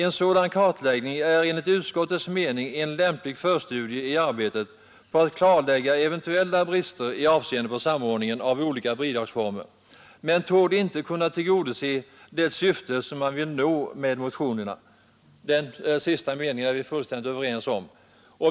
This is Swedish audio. En sådan kartläggning är enligt utskottets mening en lämplig förstudie i arbetet på att klarlägga eventuella brister i avseende på samordningen av olika bidragsformer men torde inte kunna tillgodose det syfte man vill nå med motionerna.” Den sista meningen är vi fullständigt överens om.